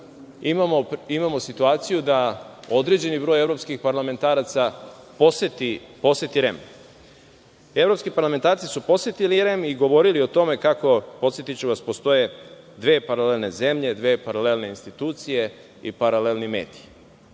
imamo situaciju da određeni broj evropskih parlamentaraca poseti REM.Evropski parlamentarci su posetili REM i govorili o tome kako, podsetiću vas, postoje dve paralelne zemlje, dve paralelne institucije i paralelni mediji.